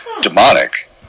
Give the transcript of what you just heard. demonic